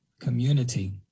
community